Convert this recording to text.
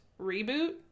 reboot